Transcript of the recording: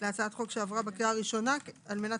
להצעת החוק שעברה בקריאה הראשונה על מנת